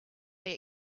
they